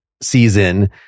season